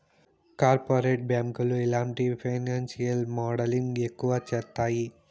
corporate బ్యాంకులు ఇలాంటి financial modelling ఎక్కువ చేత్తాయి